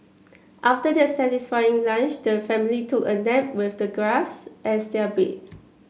after their satisfying lunch the family took a nap with the grass as their bed